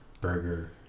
burger